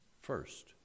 first